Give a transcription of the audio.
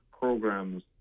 programs